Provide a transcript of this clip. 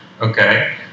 okay